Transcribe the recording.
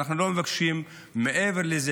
ואנחנו לא מבקשים מעבר לזה.